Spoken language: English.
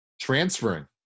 Transferring